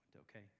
okay